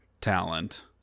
talent